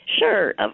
Sure